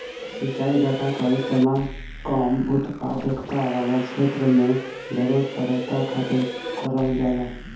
सिंचाई डाटा कअ इस्तेमाल कम उत्पादकता वाला छेत्र में जादा उत्पादकता खातिर करल जाला